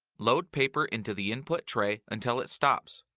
load paper into the input tray until it stops.